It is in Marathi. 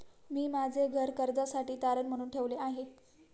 मी माझे घर कर्जासाठी तारण म्हणून ठेवले आहे